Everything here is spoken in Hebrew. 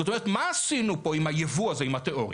אז מה עשינו פה עם היבוא הזה, עם התיאוריה?